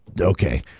okay